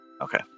Okay